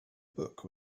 book